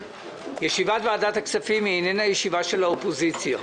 ישיבת ועדת הכספים היא איננה ישיבה של האופוזיציה.